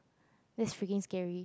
that's freaking scary